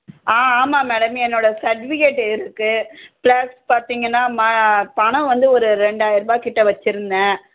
ஆ ஆமாம் மேடம் என்னோட சர்ட்டிஃபிக்கேட் இருக்கு ப்ளஸ் பார்த்திங்கன்னா ம பணம் வந்து ஒரு ரெண்டாயிர்ரூபா கிட்ட வச்சுருந்தேன்